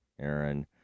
Aaron